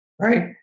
right